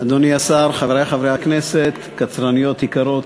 אדוני השר, חברי חברי הכנסת, קצרניות יקרות,